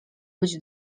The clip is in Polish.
być